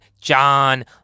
John